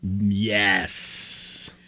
Yes